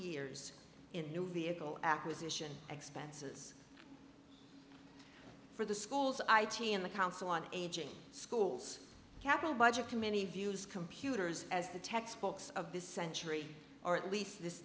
years in new vehicle acquisition expenses for the schools i t and the council on aging schools capital budget to many of use computers as the textbooks of this century or at